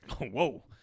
Whoa